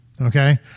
Okay